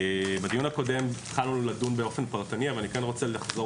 בדיון הקודם התחלנו לדון באופן פרטני אבל אני כן רוצה לחזור